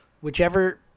whichever